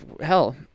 hell